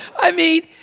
i mean,